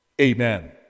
Amen